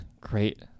great